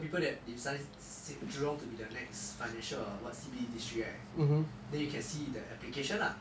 so the people that designed said jurong to be the next financial what C_B district this year the you can see the application lah